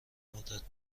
مدت